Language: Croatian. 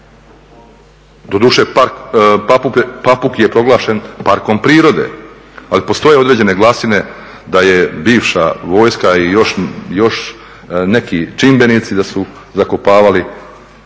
Doduše Papuk je proglašen parkom prirode, ali postoje određene glasine da je bivša vojska i još neki čimbenici da su zakopavali